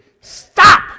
Stop